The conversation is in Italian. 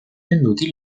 venduti